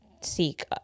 seek